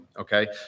okay